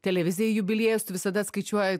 televizijai jubiliejus tu visada atskaičiuoji